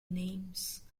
names